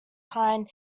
pine